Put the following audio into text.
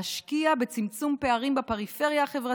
להשקיע בצמצום פערים בפריפריה החברתית,